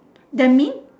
that mean